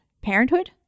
Parenthood